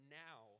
now